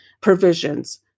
provisions